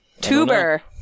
Tuber